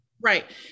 right